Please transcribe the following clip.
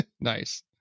Nice